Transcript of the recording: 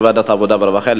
בוועדת העבודה והרווחה,